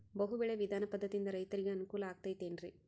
ಬಹು ಬೆಳೆ ವಿಧಾನ ಪದ್ಧತಿಯಿಂದ ರೈತರಿಗೆ ಅನುಕೂಲ ಆಗತೈತೇನ್ರಿ?